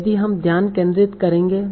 और यही हम ध्यान केंद्रित करेंगे